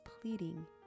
pleading